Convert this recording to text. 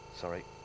sorry